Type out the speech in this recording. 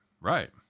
Right